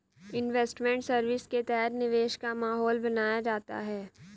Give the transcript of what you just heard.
investment service के तहत निवेश का माहौल बनाया जाता है